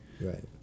Right